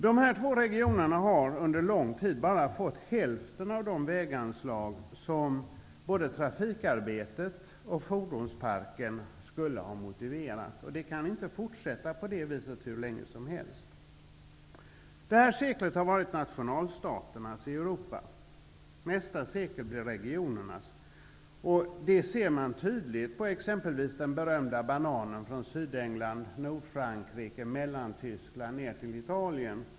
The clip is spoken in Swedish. De här två regionerna har under lång tid bara fått hälften av de väganslag som både trafikarbetet och fordonsparken skulle ha motiverat. Det kan inte fortsätta på det viset hur länge som helst. Det här seklet har varit nationalstaternas sekel i Europa, nästa sekel blir regionernas. Det ser man tydligt på exempelvis den berömda bananen från Sydengland, Nordfrankrike, Mellantyskland ner till Italien.